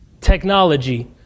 technology